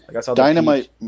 Dynamite